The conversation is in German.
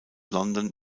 london